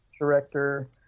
Director